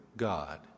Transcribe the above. God